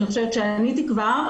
אני חושבת שעניתי כבר,